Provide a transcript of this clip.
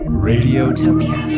radiotopia